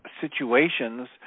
situations